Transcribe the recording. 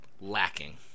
lacking